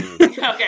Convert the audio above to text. Okay